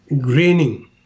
graining